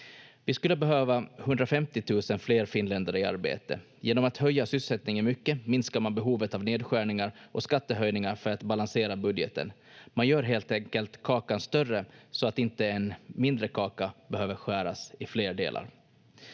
Vi skulle behöva 150 000 fler finländare i arbete. Genom att höja sysselsättningen mycket minskar man behovet av nedskärningar och skattehöjningar för att balansera budgeten. Man gör helt enkelt kakan större så att inte en mindre kaka behöver skäras i flera delar.